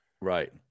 Right